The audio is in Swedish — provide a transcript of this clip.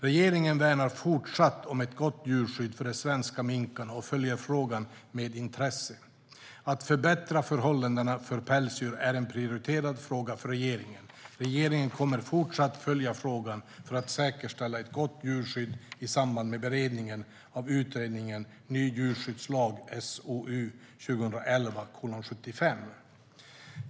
Regeringen värnar även i fortsättningen om ett gott djurskydd för de svenska minkarna och följer frågan med intresse. Att förbättra förhållandena för pälsdjuren är en prioriterad fråga för regeringen. Regeringen kommer att fortsätta att följa frågan för att säkerställa ett gott djurskydd i samband med beredningen av utredningen Ny djurskyddslag .